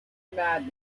madness